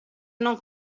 non